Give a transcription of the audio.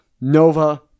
Nova